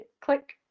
Click